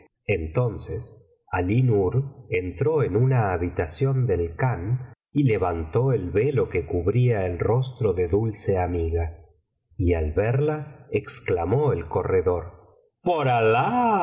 entonces alí nur entró en una habitación del khan y levantó el velo que cubría el rostro de dulce amiga y al verla exclamó el corredor por alah